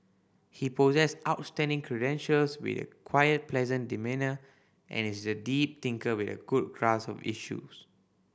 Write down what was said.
he possess outstanding credentials with a quiet pleasant demeanour and is a deep thinker with a good grasp of issues